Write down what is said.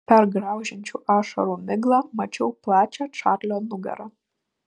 per graužiančių ašarų miglą mačiau plačią čarlio nugarą